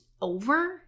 over